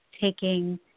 taking